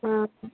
آ